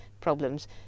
problems